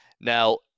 now